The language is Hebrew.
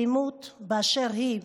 באלימות באשר היא,